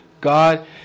God